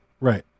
Right